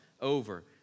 over